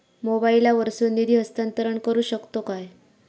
मोबाईला वर्सून निधी हस्तांतरण करू शकतो काय?